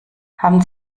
haben